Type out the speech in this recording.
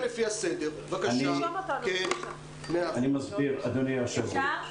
אני מסביר, אדוני היושב ראש.